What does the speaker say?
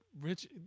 Rich